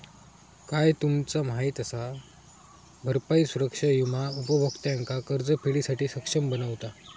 काय तुमचा माहित असा? भरपाई सुरक्षा विमा उपभोक्त्यांका कर्जफेडीसाठी सक्षम बनवता